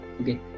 Okay